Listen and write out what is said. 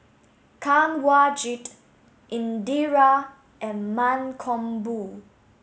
Kanwaljit Indira and Mankombu